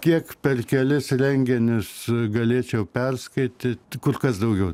kiek per kelis renginius galėčiau perskaityt kur kas daugiau